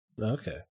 Okay